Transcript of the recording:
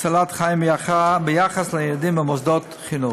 הצלת חיים ביחס לילדים במוסדות חינוך.